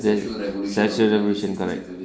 the sexual revolution correct